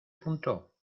punto